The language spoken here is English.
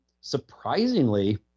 Surprisingly